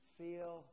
feel